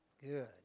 Good